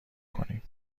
کنیم